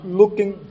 looking